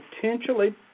potentially